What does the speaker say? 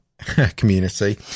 community